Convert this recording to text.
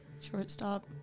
Shortstop